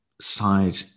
side